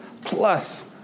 plus